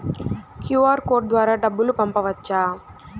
QR code ద్వారా డబ్బులు పంపవచ్చా?